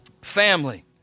family